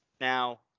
Now